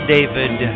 David